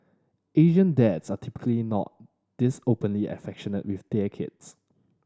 Asian dads are typically not this openly affectionate with their kids